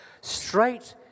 straight